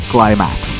Climax